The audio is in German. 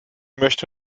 möchte